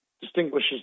distinguishes